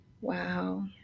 wow